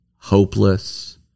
hopeless